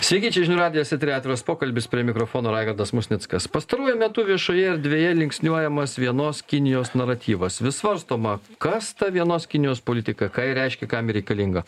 sveiki čia žinių radijas eteryje atviras pokalbis prie mikrofono raigardas musnickas pastaruoju metu viešoje erdvėje linksniuojamas vienos kinijos naratyvas vis svarstoma kas ta vienos kinijos politika ką ji reiškia kam ji reikalinga